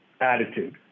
attitude